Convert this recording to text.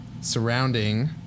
surrounding